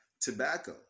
tobacco